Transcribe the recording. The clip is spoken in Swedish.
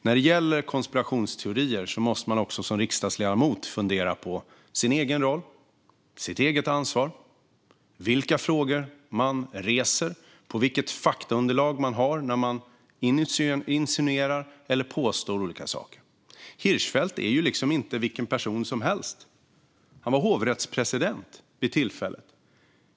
När det gäller konspirationsteorier måste man också som riksdagsledamot fundera på sin egen roll, på sitt eget ansvar, på vilka frågor man reser och på vilket faktaunderlag man har när man insinuerar eller påstår olika saker. Hirschfeldt är ju liksom inte vilken person som helst. Han var hovrättspresident vid tillfället.